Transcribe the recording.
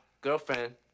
Girlfriend